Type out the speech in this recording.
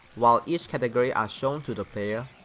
while each category are shown to the player,